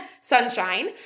sunshine